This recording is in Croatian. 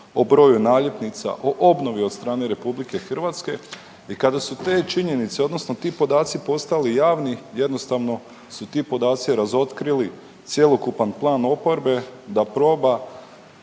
o broju naljepnica, o obnovi od strane RH i kada su te činjenice odnosno ti podaci postali javni jednostavno su ti podaci razotkrili cjelokupan plan oporbe da proba